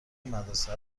مدرسه